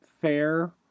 fair